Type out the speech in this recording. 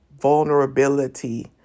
vulnerability